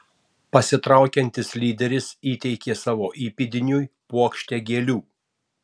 pasitraukiantis lyderis įteikė savo įpėdiniui puokštę gėlių